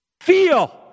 Feel